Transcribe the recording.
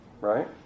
Right